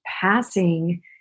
passing